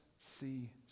see